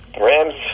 Rams